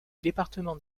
département